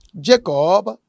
Jacob